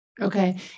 Okay